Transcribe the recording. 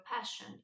passion